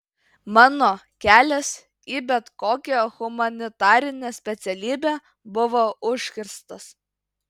mano kelias į bet kokią humanitarinę specialybę buvo užkirstas